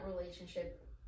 relationship